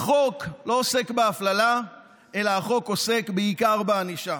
החוק לא עוסק בהפללה אלא עוסק בעיקר בענישה.